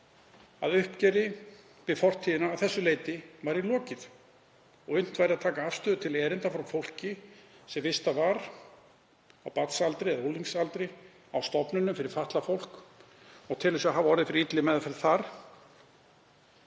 að uppgjöri við fortíðina að þessu leyti væri lokið og unnt væri að taka afstöðu til erinda frá fólki sem vistað var á barnsaldri eða unglingsaldri á stofnunum fyrir fatlað fólk og telur sig hafa orðið fyrir illri meðferð þar.